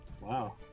Wow